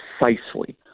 precisely